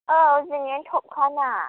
औ जोंनेनो ट'पका ना